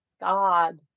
God